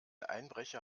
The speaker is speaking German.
einbrecher